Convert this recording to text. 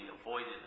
avoided